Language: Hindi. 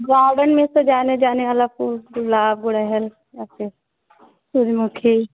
गार्डन में सजाने उजाने वाला फूल गुलाब गुड़हल ऐसे सूरजमुखी